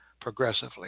progressively